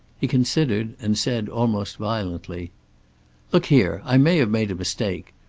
he considered, and said, almost violently look here, i may have made a mistake.